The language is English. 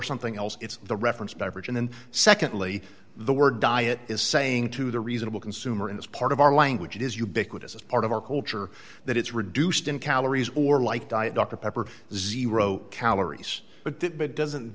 something else it's the reference beverage and then secondly the word diet is saying to the reasonable consumer in this part of our language it is ubiquitous as part of our culture that it's reduced in calories or like diet dr pepper zero calories but that doesn't